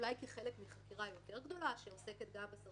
אולי כחלק מחקירה יותר גדולה שעוסקת גם בסרסורים.